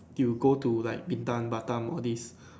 you go to like Batam Batam all these